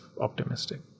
optimistic